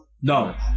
No